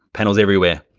panels everywhere,